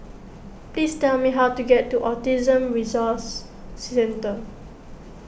please tell me how to get to Autism Resource Centre